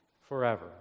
forever